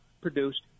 produced